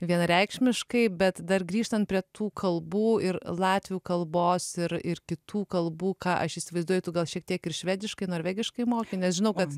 vienareikšmiškai bet dar grįžtant prie tų kalbų ir latvių kalbos ir ir kitų kalbų ką aš įsivaizduoju tu gal šiek tiek ir švediškai norvegiškai moki nes žinau kad